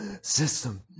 system